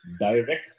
direct